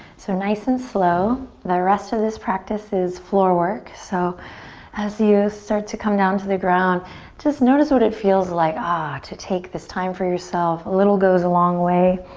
so nice and slow. the rest of this practice is floor work so as you start to come down to the ground just notice what it feels like, ah, to take this time for yourself. a little goes a long way.